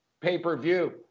pay-per-view